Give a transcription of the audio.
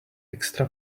extra